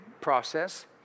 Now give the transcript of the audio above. process